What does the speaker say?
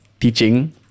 teaching